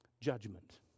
judgment